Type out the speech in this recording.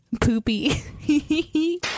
Poopy